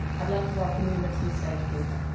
i would like to welcome uma to the stage, please.